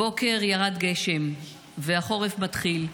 הבוקר ירד גשם והחורף מתחיל,